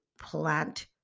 plant